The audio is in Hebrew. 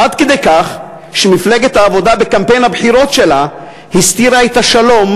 עד כדי כך שמפלגת העבודה בקמפיין הבחירות שלה הסתירה את השלום,